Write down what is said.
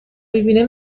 میبینه